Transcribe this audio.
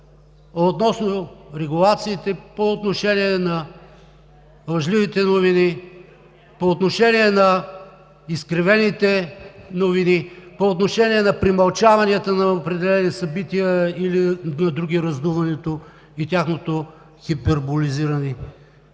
относно регулациите по отношение на лъжливите новини, по отношение на изкривените новини, по отношение на премълчаванията на определени събития, при други – раздуването и тяхното хиперболизиране.